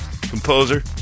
composer